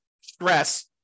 stress